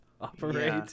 Operate